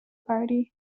party